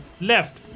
left